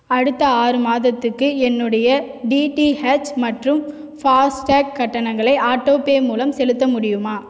அடுத்த ஆறு மாதத்துக்கு என்னுடைய டிடிஹெச் மற்றும் ஃபாஸ்டேக் கட்டணங்களை ஆட்டோபே மூலம் செலுத்த முடியுமா